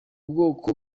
bwoko